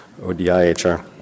ODIHR